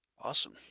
awesome